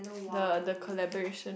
the the collaboration